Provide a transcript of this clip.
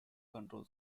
control